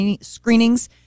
screenings